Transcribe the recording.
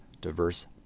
diverse